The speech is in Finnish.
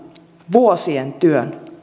vuosien työn